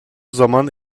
zaman